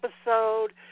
episode